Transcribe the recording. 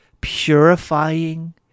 purifying